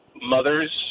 mothers